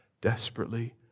desperately